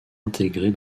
intégré